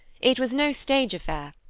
it was no stage affair,